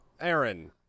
Aaron